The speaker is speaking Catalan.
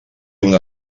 una